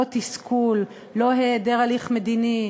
לא תסכול, לא היעדר הליך מדיני,